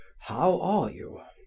how are you.